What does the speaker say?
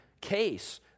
case